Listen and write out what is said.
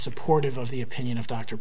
supportive of the opinion of dr